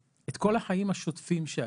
את כל החיים השוטפים שהיו,